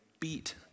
Beat